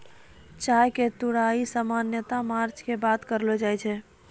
चाय के तुड़ाई सामान्यतया मार्च के बाद करलो जाय छै